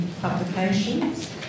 publications